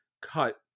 cut